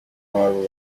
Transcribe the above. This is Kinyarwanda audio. w’abo